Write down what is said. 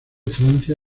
francia